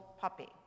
puppy